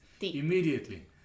Immediately